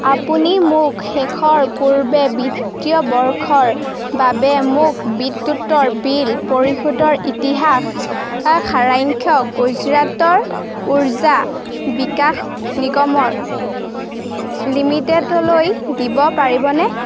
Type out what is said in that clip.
আপুনি মোক শেষৰ পূৰ্বে বিত্তীয় বৰ্ষৰ বাবে মোক বিদ্যুৎতৰ বিল পৰিশোধৰ ইতিহাস সাৰাংখ্য গুজৰাটৰ উৰ্জা বিকাশ নিগমৰ লিমিটেডলৈ দিব পাৰিবনে